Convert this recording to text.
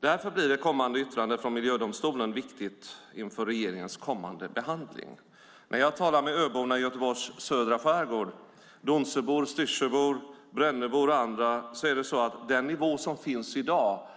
Därför blir ett kommande yttrande från miljödomstolen viktigt inför regeringens kommande behandling. När jag talar med öborna i Göteborgs södra skärgård - Donsöbor, Styrsöbor, Brännöbor och andra - säger de att de kan leva med den nivå som finns i dag.